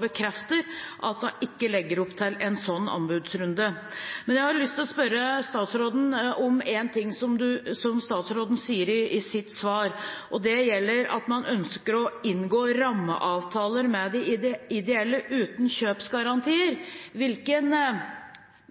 bekrefter at hun ikke legger opp til en sånn anbudsrunde. Men jeg har lyst til å spørre statsråden om en ting som statsråden sier i sitt svar. Det gjelder at man ønsker å inngå rammeavtaler med de ideelle, uten kjøpsgarantier.